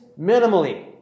minimally